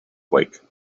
wake